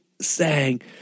sang